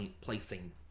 Placing